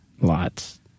Lots